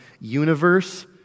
universe